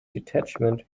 detachment